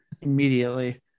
immediately